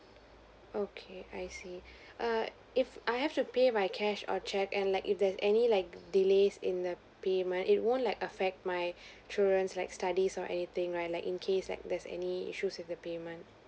okay I see err if I have to pay by cash or cheque and like if there's any like delays in the payment it won't like affect my children's like studies or anything right like in case like there's any issues with the payment